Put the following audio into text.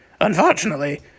Unfortunately